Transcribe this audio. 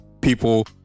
people